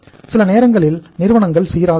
சில நேரங்களில் நிறுவனங்கள் சீராக இருக்கும்